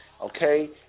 okay